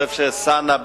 חושב שאלסאנע,